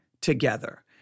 together